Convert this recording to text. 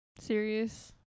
serious